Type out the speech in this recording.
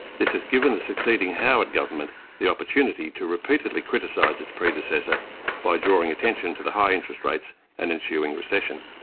this has given the succeeding howard government the opportunity to repeatedly criticise its predecessor by drawing attention to the high interest rates and ensuing recession.